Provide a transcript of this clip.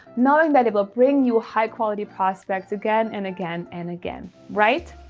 knowing that they will bring you high quality prospects again and again and again, right?